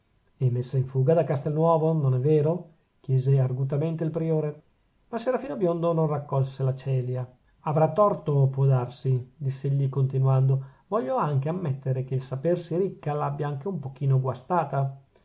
e messa in fuga da castelnuovo non è vero chiese argutamente il priore ma il serafino biondo non raccolse la celia avrà torto può darsi diss'egli continuando voglio anche ammettere che il sapersi ricca l'abbia anche un pochino guastata